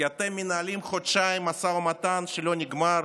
כי אתם מנהלים חודשיים משא ומתן שלא נגמר